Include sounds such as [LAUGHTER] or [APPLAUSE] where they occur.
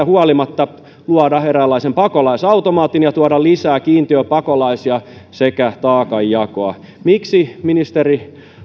[UNINTELLIGIBLE] huolimatta luoda eräänlaisen pakolaisautomaatin ja tuoda lisää kiintiöpakolaisia sekä taakanjakoa miksi ministeri